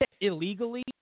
illegally